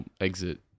exit